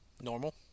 Normal